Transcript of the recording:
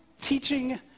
teaching